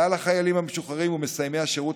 כלל החיילים המשוחררים ומסיימי השירות